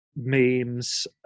memes